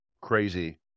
crazy